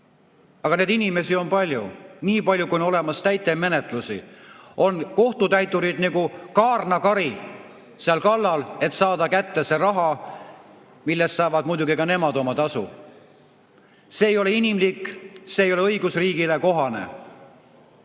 Aga neid inimesi on palju. Nii palju, kui on olemas täitemenetlusi, on kohtutäiturid nagu kaarnakari seal kallal, et saada kätte see raha, millest saavad muidugi ka nemad oma tasu. See ei ole inimlik, see ei ole õigusriigile kohane.